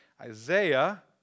Isaiah